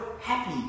happy